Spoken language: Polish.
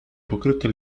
pokryte